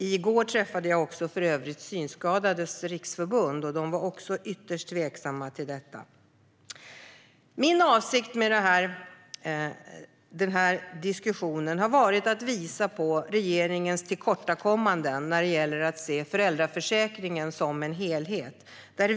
I går träffade jag för övrigt Synskadades Riksförbund, där man också är ytterst tveksam till detta. Min avsikt med anförandet har varit att visa på regeringens tillkortakommanden när det gäller att se föräldraförsäkringen som en helhet.